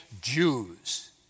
Jews